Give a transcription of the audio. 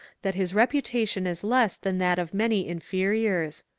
that his reputation is less than that of many inferiors.